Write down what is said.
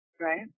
Right